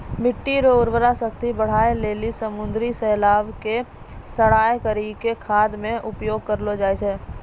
मिट्टी रो उर्वरा शक्ति बढ़ाए लेली समुन्द्री शैलाव के सड़ाय करी के खाद मे उपयोग करलो जाय छै